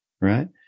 Right